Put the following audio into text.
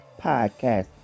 podcast